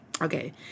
Okay